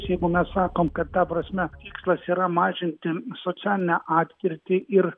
jeigu mes sakom kad ta prasme tikslas yra mažinti socialinę atkirtį ir